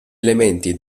elementi